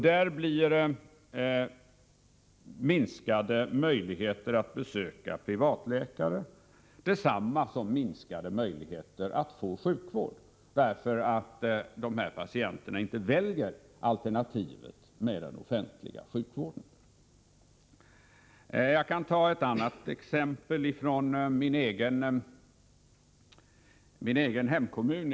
Den minskade möjligheten att besöka privatläkare blir här detsamma som minskade möjligheter att få sjukvård, eftersom dessa patienter inte väljer alternativet Jag kan ta ett annat exempel, från min egen hemkommun.